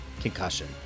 Concussion